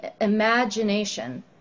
imagination